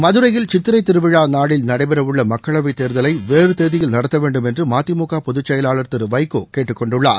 மதுரையில் சித்திரைத் திருவிழா நாளில் நடைபெறவுள்ள மக்களவைத் தேர்தலை வேறு தேதியில் நடத்த வேண்டும் என்று மதிமுக பொதுச் செயலாளர் திரு வைகோ கேட்டுக் கொண்டுள்ளார்